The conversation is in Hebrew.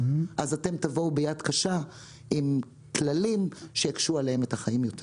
אתם תבואו ביד קשה עם כללים שיקשו עליהם את החיים.